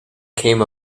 came